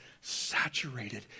saturated